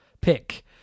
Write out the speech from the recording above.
pick